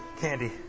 Candy